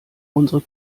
unsere